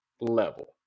level